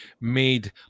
made